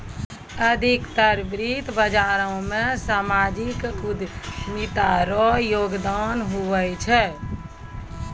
अधिकतर वित्त बाजारो मे सामाजिक उद्यमिता रो योगदान हुवै छै